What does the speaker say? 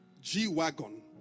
G-Wagon